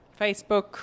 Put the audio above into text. Facebook